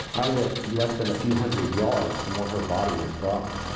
i live less than a few hundred yards from where here body was dumped,